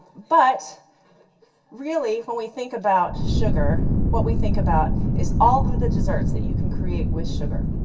but really, when we think about sugar, what we think about is all the desserts that you can create with sugar.